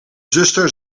zuster